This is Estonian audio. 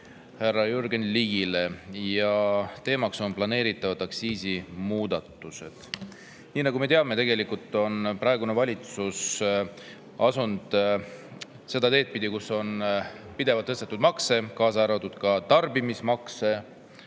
härra Jürgen Ligile, teemaks on planeeritavad aktsiisimuudatused. Nii nagu me teame, on praegune valitsus astunud seda teed pidi, kus on pidevalt tõstetud makse, kaasa arvatud tarbimismakse.